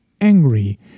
angry